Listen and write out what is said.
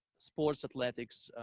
sports, athletics,